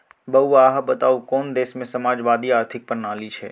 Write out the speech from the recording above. बौआ अहाँ बताउ कोन देशमे समाजवादी आर्थिक प्रणाली छै?